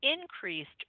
increased